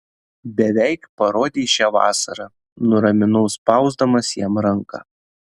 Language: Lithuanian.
beveik parodei šią vasarą nuraminau spausdamas jam ranką